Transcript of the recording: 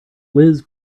liz